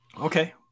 Okay